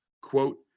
quote